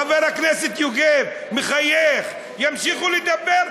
חבר הכנסת יוגב מחייך: ימשיכו לדבר,